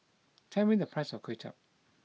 tell me the price of Kway Chap